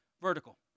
Vertical